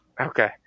Okay